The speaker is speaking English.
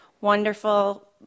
Wonderful